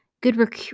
good